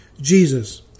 Jesus